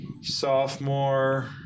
Sophomore